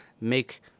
make